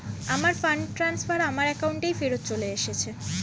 আমার fund transfer আমার অ্যাকাউন্টেই ফেরত চলে এসেছে